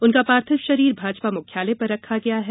उनका पार्थिव शरीर भाजपा मुख्यालय पर रखा गया है